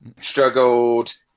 struggled